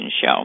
show